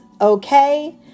Okay